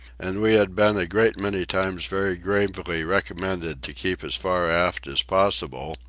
and we had been a great many times very gravely recommended to keep as far aft as possible,